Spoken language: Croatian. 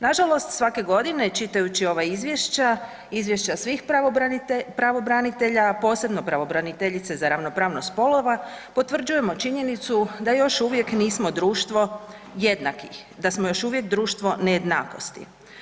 Nažalost svake godine čitajući ova izvješća, izvješća svih pravobranitelja, a posebno pravobraniteljice za ravnopravnost spolova potvrđujemo činjenicu da još uvijek nismo društvo jednakih, da smo još uvijek društvo nejednakosti.